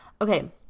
Okay